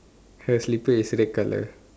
her slipper is red colour